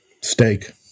Steak